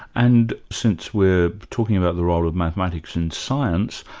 and since we're talking about the role of mathematics in science,